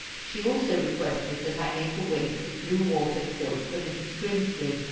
she also requested that i make a waist of blue watered silk for mrs. grimsly,